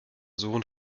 sohn